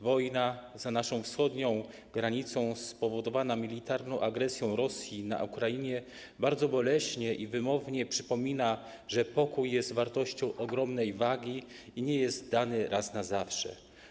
Wojna za naszą wschodnią granicą spowodowana militarną agresją Rosji na Ukrainę bardzo boleśnie i wymownie przypomina, że pokój jest wartością ogromnej wagi i nie jest dany raz na zawsze.